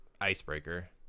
Icebreaker